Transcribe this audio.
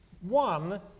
one